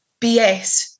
BS